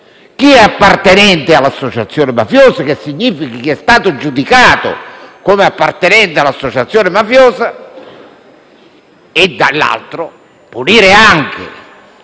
gli appartenenti all'associazione mafiosa, cioè chi è stato giudicato come appartenente all'associazione mafiosa, e di punire anche